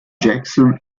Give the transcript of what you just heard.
jackson